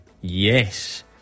Yes